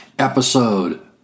episode